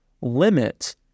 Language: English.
limit